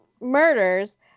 murders